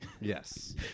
Yes